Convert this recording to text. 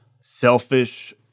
selfish